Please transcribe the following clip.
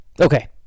Okay